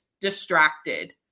distracted